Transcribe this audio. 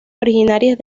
originarias